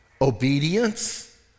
obedience